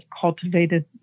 cultivated